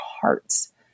hearts